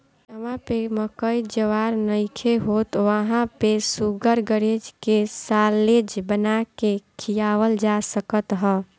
जहवा पे मकई ज्वार नइखे होत वहां पे शुगरग्रेज के साल्लेज बना के खियावल जा सकत ह